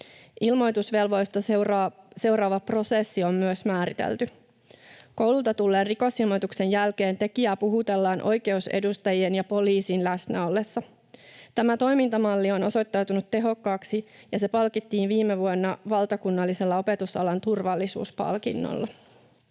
ilmoitusvelvollisuutta seuraava prosessi on määritelty: koululta tulleen rikosilmoituksen jälkeen tekijää puhutellaan oikeusedustajien ja poliisin läsnä ollessa. Tämä toimintamalli on osoittautunut tehokkaaksi, ja se palkittiin viime vuonna valtakunnallisella opetusalan turvallisuuspalkinnolla.